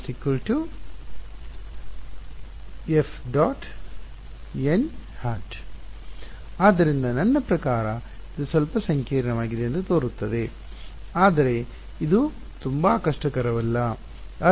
Ω C ಆದ್ದರಿಂದ ನನ್ನ ಪ್ರಕಾರ ಇದು ಸ್ವಲ್ಪ ಸಂಕೀರ್ಣವಾಗಿದೆ ಎಂದು ತೋರುತ್ತದೆ ಆದರೆ ಇದು ತುಂಬಾ ಕಷ್ಟಕರವಲ್ಲ